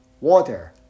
water